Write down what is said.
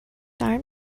arm